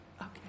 Okay